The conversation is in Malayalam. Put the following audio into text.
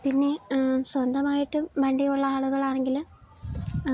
പിന്നെ സ്വന്തമായിട്ടും വണ്ടിയുള്ള ആളുകളാണെങ്കില്